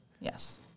Yes